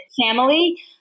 family